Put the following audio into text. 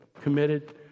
committed